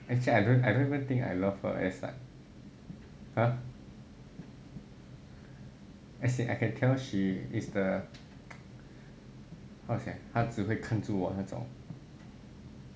actually I don't I don't even think I love her as like !huh! as I can tell she is the how to say ah 她只会看住我那种